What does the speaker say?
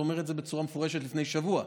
אומר את זה בצורה מפורשת לפני שבוע.